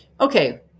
Okay